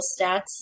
stats